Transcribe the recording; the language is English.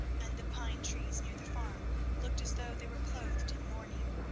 and the pine trees near the farm looked as though they were clothed in mourning.